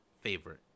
favorite